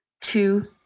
two